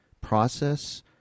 process